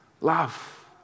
love